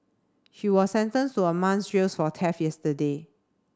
she was sentenced to a month's jails for theft yesterday